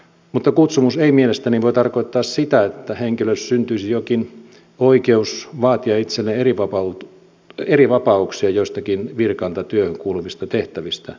mutta kutsumus ei mielestäni voi tarkoittaa sitä että henkilölle syntyisi jokin oikeus vaatia itselleen erivapauksia joistakin virkaan tai työhön kuuluvista tehtävistä